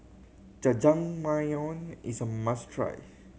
Jajangmyeon is a must try